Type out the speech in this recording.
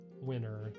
winner